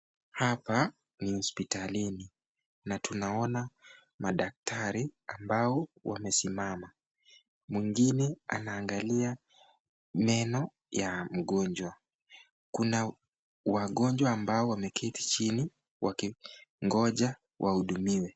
Hapa ni hospitalini na tunaona madaktari ambao wamesimama, mwingine anaangalia meno ya mgonjwa . Kuna wagonjwa ambao wameketi chini wakingoja wahudumiwe.